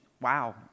wow